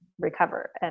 recover